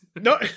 no